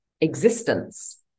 existence